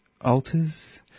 altars